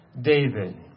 David